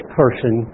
person